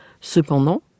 Cependant